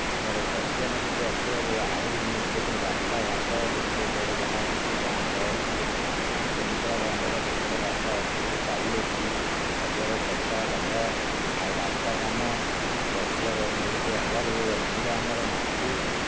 ଆମର ପ୍ରଫୁଲ୍ଲ ମଲ୍ଲିକ ଆସିବାରୁ ଆହୁରି ଉନ୍ନତି କରିଛନ୍ତି ରାସ୍ତାଘାଟ ଯେତେ ଯୁଆଡ଼େ ଯାହା ଅଛି ଗାଁ ଗହଳି ଯେତେକ ଗାଁ କେନ୍ଦୁପଡ଼ା ଗ୍ରାମର ଯେତେକ ରାସ୍ତା ଅଛି ସାହି ଅଛି ସବୁଆଡ଼େ ପକ୍କା ଘର ଆଉ ରାସ୍ତା କାମ ଆଉ ପ୍ରଫୁଲ୍ଲ ମଲ୍ଲିକ ହେବାରୁ ଏମ୍ ଏଲ୍ ଏ ଆମର ମନ୍ତ୍ରୀ